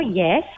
yes